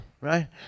right